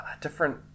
different